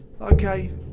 Okay